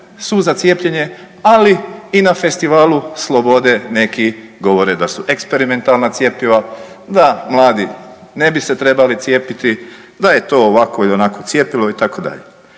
su za cijepljenje, ali i na Festivalu slobode neki govore da su eksperimentalna cjepiva, da mladi ne bi se trebali cijepiti, da je to ovakvo i onakvo cjepivo itd.